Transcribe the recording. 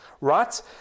Right